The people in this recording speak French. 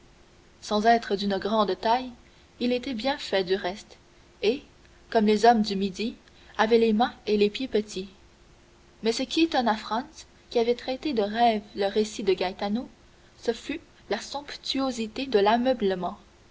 sans être d'une grande taille il était bien fait du reste et comme les hommes du midi avait les mains et les pieds petits mais ce qui étonna franz qui avait traité de rêve le récit de gaetano ce fut la somptuosité de